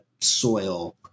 soil